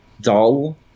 dull